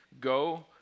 Go